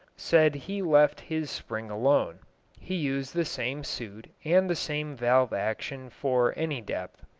said he left his spring alone he used the same suit and the same valve action for any depth.